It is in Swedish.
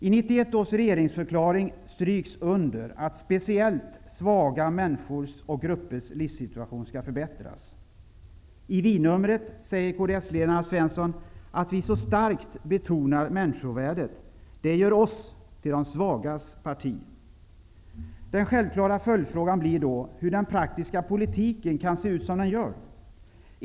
I 91-års regeringsförklaring stryks under att speciellt svaga människors och gruppers livssituation skall förbättras. I tidingen Vi säger kds-ledaren Alf Svensson, att ''vi så starkt betonar människovärdet. Det gör oss till de svagas parti'' Den självklara följdfrågan blir då hur den praktiska politiken kan se ut som den gör.